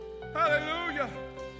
Hallelujah